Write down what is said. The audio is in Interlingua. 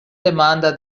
demanda